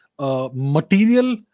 material